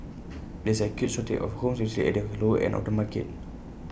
there is an acute shortage of homes especially at the lower end of the market